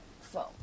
phone